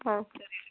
ಹಾಂ ಸರಿ